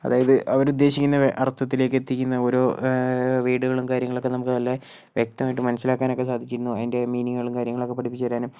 അതായത് അവർ ഉദ്ദേശിക്കുന്ന അർത്ഥത്തിലേക്ക് എത്തിക്കുന്ന ഓരോ വേഡുകളും കാര്യങ്ങളും ഒക്കെ നമുക്ക് നല്ല വ്യകതമായിട്ട് മനസ്സിലാക്കാൻ ഒക്കെ സാധിക്കുന്നു അതിൻ്റെ മീനീങ്ങുകളും കാര്യങ്ങളൊക്കെ പഠിപ്പിച്ച് തരാനും